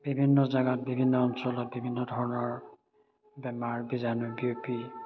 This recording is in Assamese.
বিভিন্ন জেগাত বিভিন্ন অঞ্চলত বিভিন্ন ধৰণৰ বেমাৰ বীজাণু বিয়পি